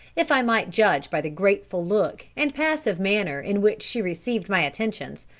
if i might judge by the grateful look and passive manner in which she received my attentions.